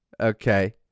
Okay